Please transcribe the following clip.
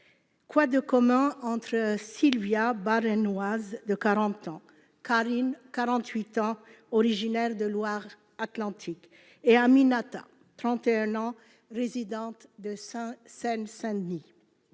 quoi de commun entre Sylvia, Bas-Rhinoise de 40 ans, Carine, 48 ans, originaire de la Loire-Atlantique et Aminata, 31 ans, résidente de la Seine-Saint-Denis ?